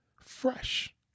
fresh